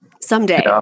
someday